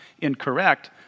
incorrect